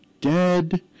dead